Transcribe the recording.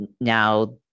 now